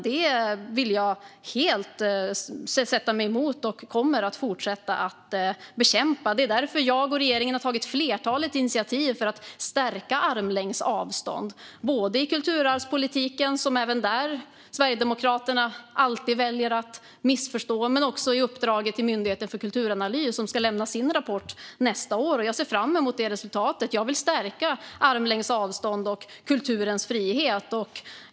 Det vill jag helt motsätta mig, och jag kommer att fortsätta att bekämpa det. Det är därför jag och regeringen har tagit ett flertal initiativ för att stärka principen om armlängds avstånd, både i kulturarvspolitiken - där Sverigedemokraterna alltid väljer att missförstå det - och i uppdraget till Myndigheten för kulturanalys, som ska lämna sin rapport nästa år. Jag ser fram emot det resultatet. Jag vill stärka principen om armlängds avstånd och kulturens frihet.